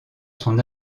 son